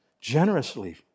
generously